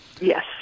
Yes